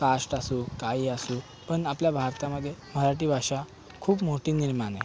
काष्ट असो काही असो पण आपल्या भारतामध्ये मराठी भाषा खूप मोठी निर्माण आहे